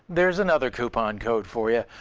there's another coupon code for you.